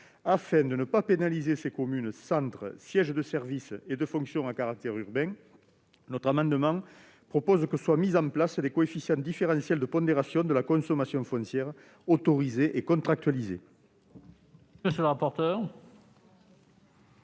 Afin de ne pas pénaliser ces communes-centres, sièges de services et de fonctions à caractère urbain, il est proposé que soient mis en place des coefficients différentiels de pondération de la consommation foncière autorisée et contractualisée. Quel est l'avis de